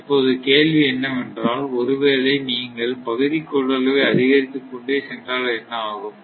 இப்போது கேள்வி என்னவென்றால் ஒருவேளை நீங்கள் பகுதி கொள்ளளவை அதிகரித்துக் கொண்டே சென்றால் என்ன ஆகும்